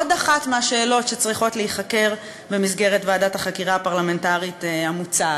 עוד אחת מהשאלות שצריכות להיחקר במסגרת ועדת החקירה הפרלמנטרית המוצעת.